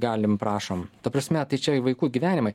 galim prašom ta prasme tai čia vaikų gyvenimai